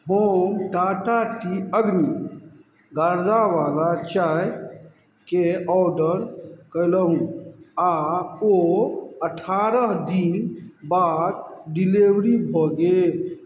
हम टाटा टी अग्नि गर्दावला चायके ऑर्डर कयलहुँ आ ओ अठारह दिन बाद डिलेवरी भऽ गेल